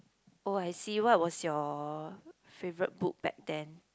oh I see what was your favourite book back then